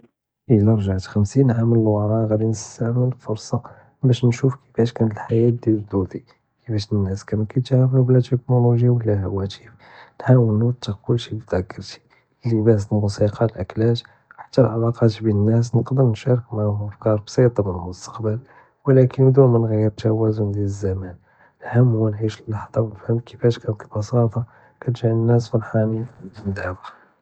אלא ר'געת חמסין עאם ללווארא ג'אני נסתעמל אלפרסה באש נשוף כיפאש کانת אלחייאה דיעל ג'דודי כיפאש ננעס קאנו קיתעמלו בלא טכנולוגיה ולא הוואתף נהאול נותק כל שי פזכרתי אלאלבאס אלמוסיקה אלאכלאת חתי אלעלאקאת בין הנאס נגדר נשארק מעאיהם אפ'כאר בסיטה מן אלמוסטקבל ולקין דון מנג'יר אלתוואזון דיעל אלזמן אלאהמ ניעיש אלאלח'ד'ה ונפהם כיפאש کانת אלבסاطة כתע'ל אלנאס פרחאנין דימה.